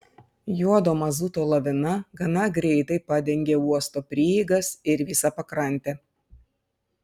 juodo mazuto lavina gana greitai padengė uosto prieigas ir visą pakrantę